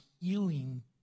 healing